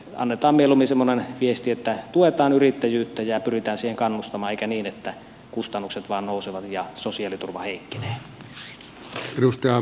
annetaan mieluummin semmoinen viesti että tuetaan yrittäjyyttä ja pyritään siihen kannustamaan eikä niin että kustannukset vain nousevat ja sosiaaliturva heikkenee